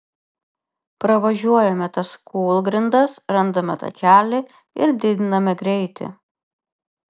pravažiuojame tas kūlgrindas randame takelį ir didiname greitį